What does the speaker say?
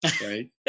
right